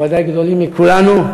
וודאי גדולים מכולנו.